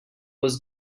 was